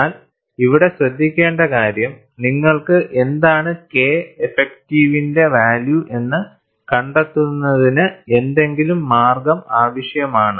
എന്നാൽ ഇവിടെ ശ്രദ്ധിക്കേണ്ട കാര്യം നിങ്ങൾക്ക് എന്താണ് K ഇഫക്റ്റിവിന്റെ വാല്യൂ എന്ന് കണ്ടെത്തുന്നതിന് എന്തെങ്കിലും മാർഗം ആവശ്യമാണ്